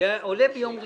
ביום ראשון.